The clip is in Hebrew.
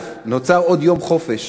נוצר עוד יום חופש